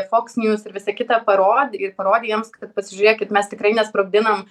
fox news ir visa kita parod ir parodė jiems kad pasižiūrėkit mes tikrai nesprogdinam